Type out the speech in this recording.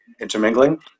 intermingling